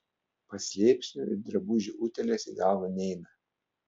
paslėpsnių ir drabužių utėlės į galvą neina